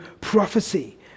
prophecy